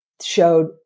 showed